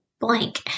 blank